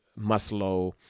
Maslow